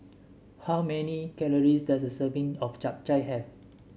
how many calories does a serving of Chap Chai have